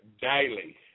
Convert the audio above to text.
daily